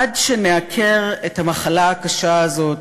עד שנעקר את המחלה הקשה הזאת,